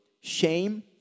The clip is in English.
shame